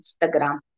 Instagram